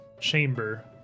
chamber